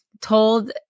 told